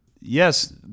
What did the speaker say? Yes